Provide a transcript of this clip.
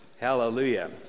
Hallelujah